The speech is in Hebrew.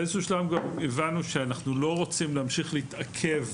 באיזשהו שלב הבנו שאנחנו לא רוצים להמשיך להתעכב